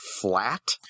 flat